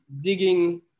digging